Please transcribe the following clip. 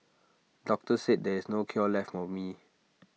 doctors said there is no cure left for me